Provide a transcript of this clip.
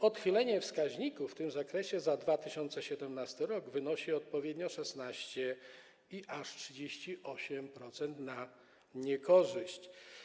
Odchylenie wskaźników w tym zakresie za 2017 r. wynosi odpowiednio 16% i aż 38% na niekorzyść.